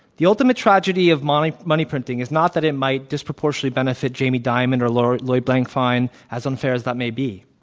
the ultimate tragedy of money money printing is not that it might disproportionately benefit jamie dimon or lloyd lloyd blankfein, as unfair as that may be.